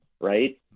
right